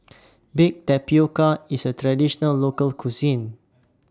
Baked Tapioca IS A Traditional Local Cuisine